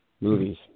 movies